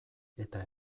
eta